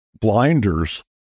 blinders